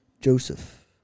Joseph